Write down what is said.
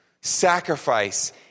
sacrifice